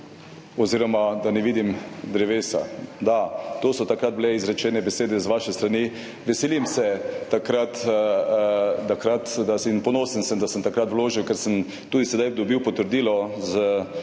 oziroma da ne vidim drevesa. Da, to so bile takrat izrečene besede z vaše strani. Veselim se, ponosen sem, da sem takrat vložil, ker sem tudi sedaj dobil potrdilo s